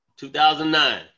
2009